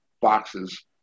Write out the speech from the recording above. boxes